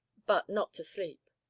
but not to sleep.